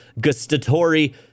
gustatory